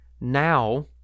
now